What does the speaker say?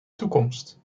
toekomst